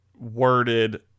worded